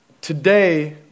Today